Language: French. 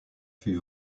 fut